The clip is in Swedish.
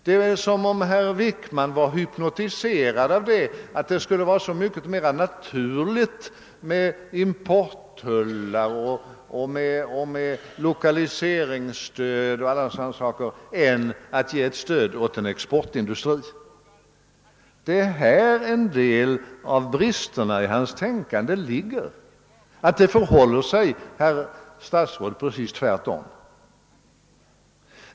Det förefaller som om herr Wickman var hypnotiserad av att det skulle vara så mycket mera naturligt med importtullar och med lokaliseringsstöd och sådana saker än att ge ett stöd åt en exportindustri. Det är här en del av bristerna i hans tänkande ligger, men det förhåller sig, herr statsråd, precis tvärtom.